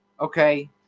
Okay